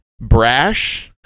brash